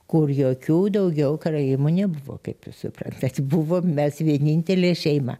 kur jokių daugiau karaimų nebuvo kaip jūs suprantat buvom mes vienintelė šeima